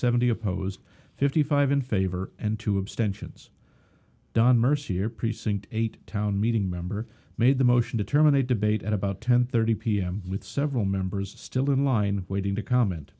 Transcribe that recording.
seventy opposed fifty five in favor and two abstentions don mercier precinct eight town meeting member made the motion to terminate debate at about ten thirty pm with several members still in line waiting to comment